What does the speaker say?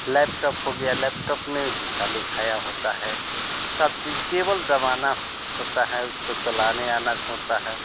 laptop हो गया laptop में लिखा लिखाया होता है सब चीज़ केवल दबाना कुछ होता है उसको चलाने आना होता है